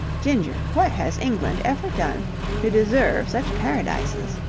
ginger, what has england ever done to deserve such paradises?